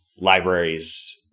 libraries